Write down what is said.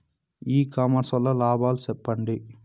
ఇ commerce వల్ల లాభాలు సెప్పండి?